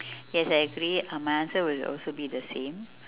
yes I agree uh my answer will also be the same